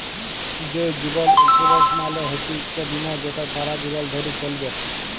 যে জীবল ইলসুরেলস মালে হচ্যে ইকট বিমা যেট ছারা জীবল ধ্যরে চ্যলবেক